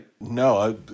No